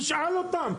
תשאל אותם,